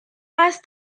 است